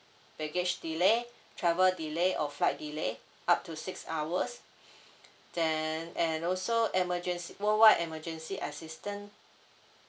baggage delay travel delay or flight delay up to six hours then and also emergency worldwide emergency assistant